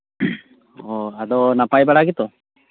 ᱚ ᱟᱫᱚ ᱱᱟᱯᱟᱭ ᱵᱟᱲᱟ ᱜᱮᱛᱚ